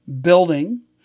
building